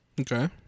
Okay